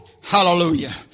Hallelujah